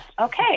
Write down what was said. Okay